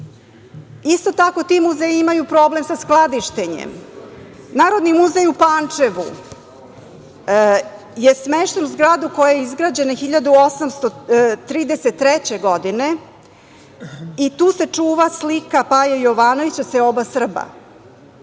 tako, ti muzeji imaju problem sa skladištenjem. Narodni muzej u Pančevu je smešten u zgradu koja je izgrađena 1833. godine i tu se čuva slika Paje Jovanovića „Seoba Srba“.